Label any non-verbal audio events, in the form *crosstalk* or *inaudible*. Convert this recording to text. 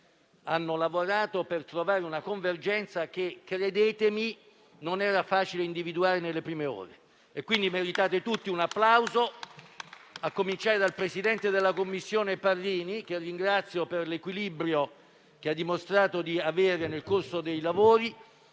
hanno lavorato per trovare una convergenza che - credetemi - non era facile individuare nelle prime ore. Meritate tutti un applauso, *applause* a cominciare dal presidente della Commissione Parrini, che ringrazio per l'equilibrio che ha dimostrato di avere nel corso dei lavori,